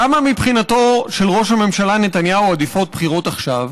למה מבחינתו של ראש הממשלה נתניהו עדיפות בחירות עכשיו?